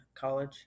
college